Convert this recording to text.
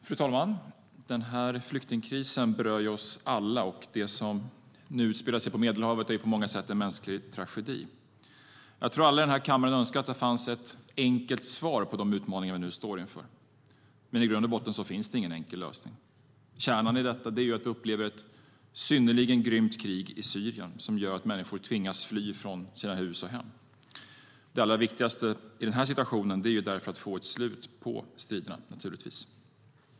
Fru talman! Flyktingkrisen berör ju oss alla. Det som nu utspelar sig på Medelhavet är på många sätt en mänsklig tragedi. Jag tror att alla i den här kammaren önskar att man hade ett enkelt svar på de utmaningar som vi nu står inför, men i grund och botten finns det ingen enkel lösning. Kärnan i detta är att det pågår ett synnerligen grymt krig i Syrien som gör att människor tvingas fly från hus och hem. Det allra viktigaste i den här situationen är naturligtvis att därför få ett slut på striderna i Syrien.